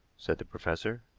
said the professor.